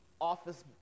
office